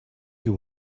you